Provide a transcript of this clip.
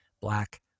Black